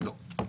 לא.